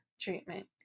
treatment